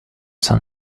san